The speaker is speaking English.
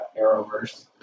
Arrowverse